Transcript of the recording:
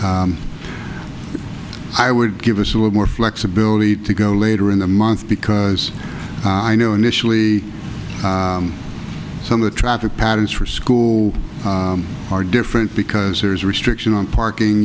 i would give us with more flexibility to go later in the month because i know initially some of the traffic patterns for school are different because there's a restriction on parking